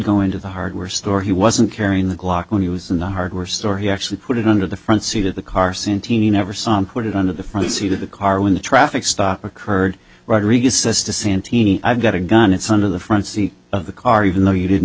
go into the hardware store he wasn't carrying the glock when he was in the hardware store he actually put it under the front seat of the car santini never saw put it under the front seat of the car when the traffic stop occurred rodriguez sista santini i've got a gun it's under the front seat of the car even though you didn't